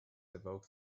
evoke